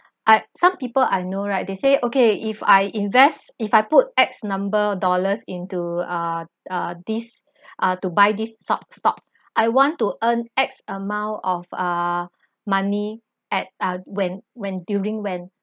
I some people I know right they say okay if I invest if I put X number dollars into uh uh these uh to by this stock stock I want to earn X amount of uh money at ah when when during when